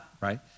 right